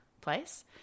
place